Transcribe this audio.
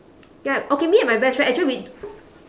ya okay me and my best friend actually we